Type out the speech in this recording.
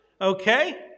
okay